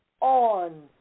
on